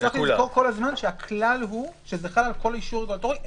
צריך לזכור כל הזמן שהכלל הוא שזה חל על כל אישור רגולטורי,